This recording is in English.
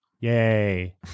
Yay